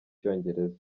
cyongereza